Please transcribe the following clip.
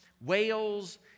whales